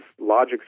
logics